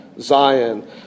Zion